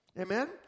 Amen